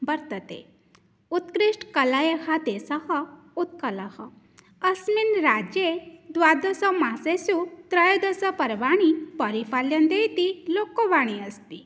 वर्तते उत्कृष्टकलायाः देशः उत्कलः अस्मिन् राज्ये द्वादश मासेषु त्रयोदश पर्वाणि परिपाल्यन्ते इति लोकवाणी अस्ति